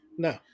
No